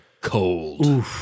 cold